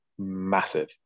massive